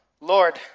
Lord